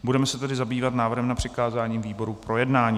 Budeme se tedy zabývat návrhem na přikázání výborům k projednání.